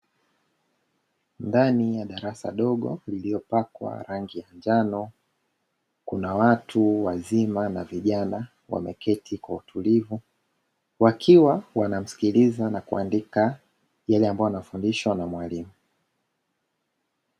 Ndani ya darasa dogo lililopakwa rangi ya njano. Kuna watu wazima na vijana wameketi kwa utulivu, wakiwa wanamsikiliza na kuandika yale ambayo wanafundishwa na mwalimu